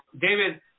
David